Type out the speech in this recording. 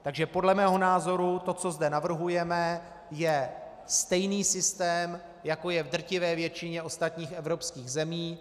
Takže podle mého názoru to, co zde navrhujeme, je stejný systém, jako je v drtivé většině ostatních evropských zemí.